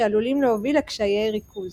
שעלולים להוביל לקשיי ריכוז.